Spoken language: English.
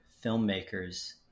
filmmakers